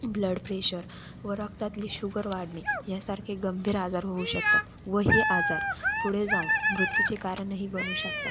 blood pressure व रक्तातली sugar वाढणे यासारखे गंभीर आजार होऊ शकतात व हे आजार पुढे जाऊन मृत्यूचे कारणही बनू शकतात